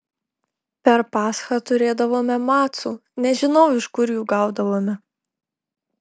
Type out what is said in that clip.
per paschą turėdavome macų nežinau iš kur jų gaudavome